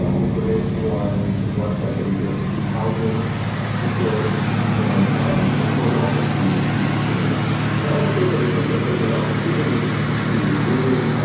ah information lines and websites that we direct them to, housing support and referrals also to to discrimination and i want to say that i think that there's an opportunity to really